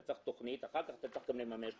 אתה צריך תוכנית, ואחר כך אתה צריך גם לממש אותה.